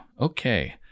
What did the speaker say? Okay